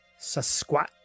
Sasquatch